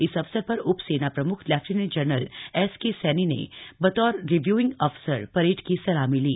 इस अवसर पर उप सेना प्रम्ख lieutenant general S K Saini ने बतौर रिव्यूइंग अफसर परेड की सलामी ली